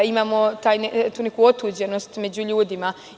Imamo tu neku otuđenost među ljudima.